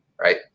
right